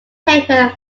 paper